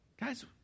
Guys